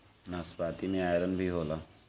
नाशपाती में आयरन भी होला